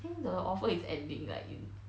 think the offer is ending like in